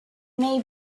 may